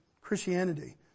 Christianity